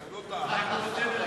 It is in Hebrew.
חברי באופוזיציה.